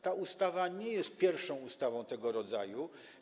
Ta ustawa nie jest pierwszą ustawą tego rodzaju.